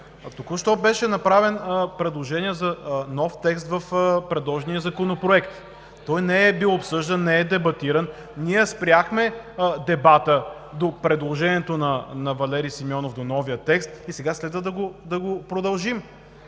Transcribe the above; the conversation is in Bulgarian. току-що беше направено предложение за нов текст в предложения законопроект. Той не е бил обсъждан, не е дебатиран. Ние спряхме дебата до предложението на Валери Симеонов, до новия текст и сега следва да го продължим.